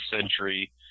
century